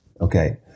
Okay